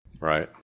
right